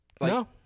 No